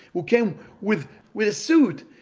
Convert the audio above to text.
who came with with a suit,